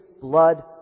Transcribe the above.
blood